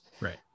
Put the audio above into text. Right